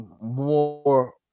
more